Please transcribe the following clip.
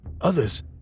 Others